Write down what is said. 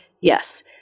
Yes